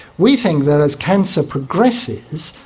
we think that as cancer progresses,